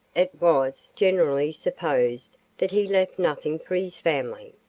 it was generally supposed that he left nothing for his family.